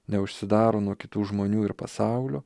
neužsidaro nuo kitų žmonių ir pasaulio